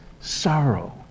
sorrow